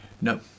no